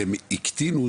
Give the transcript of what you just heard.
והם הקטינו,